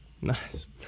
Nice